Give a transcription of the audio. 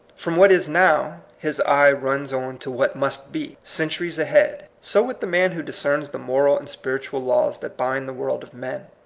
from what is now, his eye runs on to what must be, centuries ahead. so with the man who discerns the moral and spiritual laws that bind the world of men,